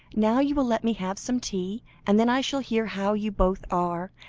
now you will let me have some tea, and then i shall hear how you both are,